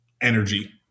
energy